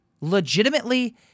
legitimately